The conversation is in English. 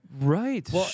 Right